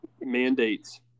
mandates